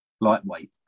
lightweight